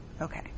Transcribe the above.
Okay